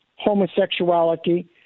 homosexuality